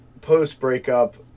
post-breakup